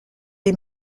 les